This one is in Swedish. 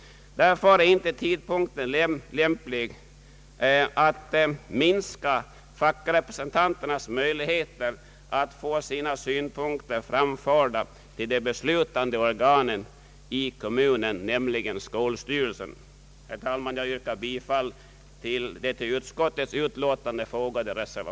Därför är tidpunkten inte lämplig att minska fackrepresentanternas möjligheter att få sina synpunkter framförda till det beslutande organet i kommunen, nämligen skolstyrelsen. Herr talman! Jag yrkar bifall till den vid utskottets utlåtande fogade reserva